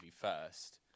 first